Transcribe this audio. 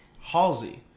Halsey